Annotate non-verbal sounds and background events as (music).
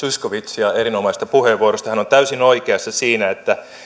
(unintelligible) zyskowiczia erinomaisesta puheenvuorosta hän on täysin oikeassa siinä että